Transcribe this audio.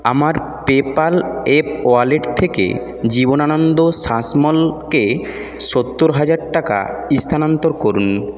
আমার PayPal app wallet থেকে জীবনানন্দ শাসমল কে সত্তর হাজার টাকা স্থানান্তর করুন